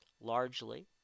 largely